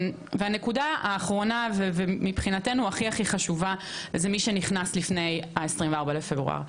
הנקודה האחרונה והכי חשובה היא לגבי מי שנכנס לפני ה-24 לפברואר.